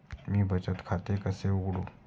मी बचत खाते कसे उघडू?